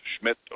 Schmidt